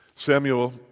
Samuel